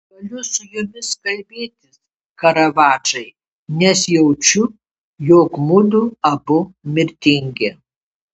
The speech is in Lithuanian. galiu su jumis kalbėtis karavadžai nes jaučiu jog mudu abu mirtingi